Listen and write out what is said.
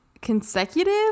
consecutive